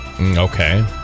Okay